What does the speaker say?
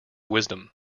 wisdom